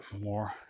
more